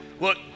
Look